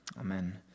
Amen